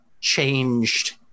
changed